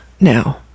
now